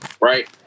Right